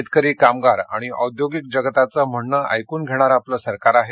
शेतकरी कामगार आणि औद्योगिक जगताचं म्हणणं ऐकून घेणारं आपलं सरकार आहे